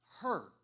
hurt